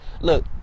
look